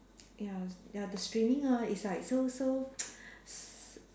ya ya the streaming ah it's like so so s~